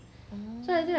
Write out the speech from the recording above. oh